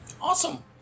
Awesome